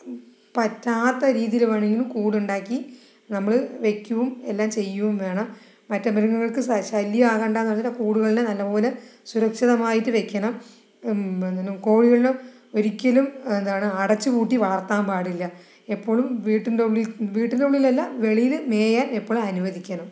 പറ്റാത്ത രീതിയിൽ വേണമെങ്കിലും കൂടുണ്ടാക്കി നമ്മൾ വെക്കുകയും എല്ലാം ചെയ്യുകയും വേണം മറ്റ് മൃഗങ്ങൾക്ക് ശല്യം ആകണ്ട എന്ന് കൂടുകളിൽ നല്ലപോലെ സുരക്ഷിതമായിട്ട് വെക്കണം എന്താണ് കോഴികളുടെ ഒരിക്കലും എന്താണ് അടച്ച് പൂട്ടി വളർത്താൻ പാടില്ല എപ്പോഴും വീടിൻ്റെ ഉള്ളിൽ വീടിൻ്റെ ഉള്ളിൽ അല്ല വെളിയില് മേയാൻ എപ്പഴും അനുവദിക്കണം